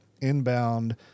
inbound